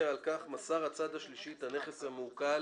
"מסר הצד השלישי את הנכס המעוקל